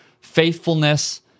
faithfulness